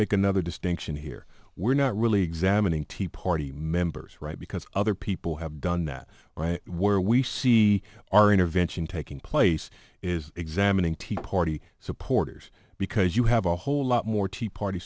make another distinction here we're not really examining tea party members right because other people have done that where we see our intervention taking place is examining tea party supporters because you have a whole lot more tea party